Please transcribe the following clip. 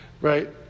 right